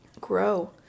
grow